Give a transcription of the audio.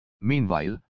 Meanwhile